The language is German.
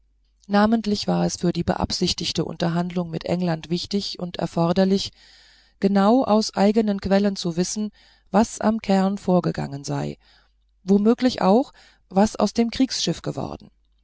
namentlich war es für die beabsichtigten unterhandlungen mit england wichtig und erforderlich genau aus eigenen quellen zu wissen was am cairn vorgegangen sei womöglich auch was aus dem kriegsschiff geworden